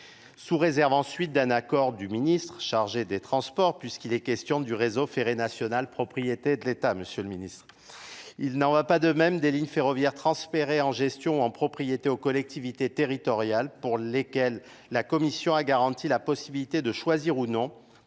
Sous réserve ensuite d'un accord du ministre chargé des transports, puisqu'il est question du réseau ferré national propriété de l'état, M. le Ministre, il n'en va pas de même des lignes ferroviaires transférées en gestion ou en propriété aux collectivités territoriales pour lesquelles la Commission a garanti la possibilité de choisir ou non